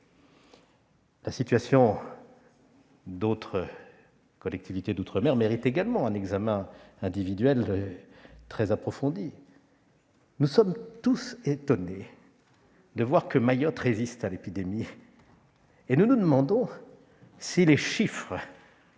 La situation d'autres collectivités d'outre-mer mérite également un examen individuel très approfondi. Nous sommes tous étonnés de voir que Mayotte résiste à l'épidémie, et nous nous demandons si les chiffres